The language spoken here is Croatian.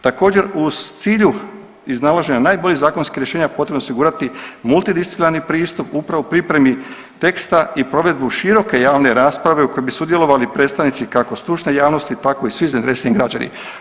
Također, uz cilju iznalaženja najboljeg zakonskog rješenja potrebno je osigurati multidisciplinarni pristup upravo pripremi teksta i provedbu široke javne rasprave u kojoj bi sudjelovali predstavnici, kako stručne javnosti, tako i svi zainteresirani građani.